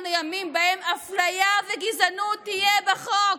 לימים שבהם אפליה וגזענות יהיו בחוק.